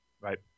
right